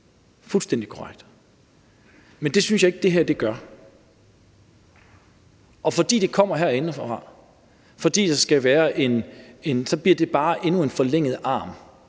fuldstændig korrekt. Men det synes jeg ikke at det her gør, og fordi det kommer herindefra, bliver det bare endnu en forlænget arm.